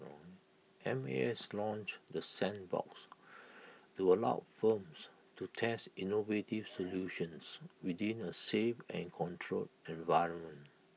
M A S launched the sandbox to allow firms to test innovative solutions within A safe and controlled environment